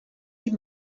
die